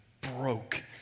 broke